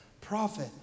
prophet